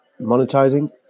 monetizing